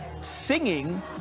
singing